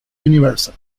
universal